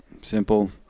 Simple